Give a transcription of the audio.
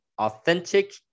authentic